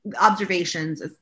observations